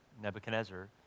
Nebuchadnezzar